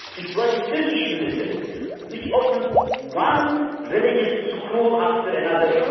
it was the turkish military which opened one religious school after another,